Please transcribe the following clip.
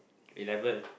eleven